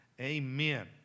amen